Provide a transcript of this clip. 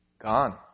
gone